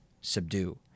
subdue